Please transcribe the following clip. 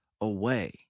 away